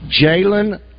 Jalen –